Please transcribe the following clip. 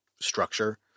structure